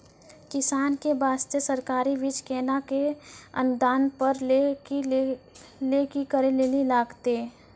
किसान के बास्ते सरकारी बीज केना कऽ अनुदान पर लै के लिए की करै लेली लागतै?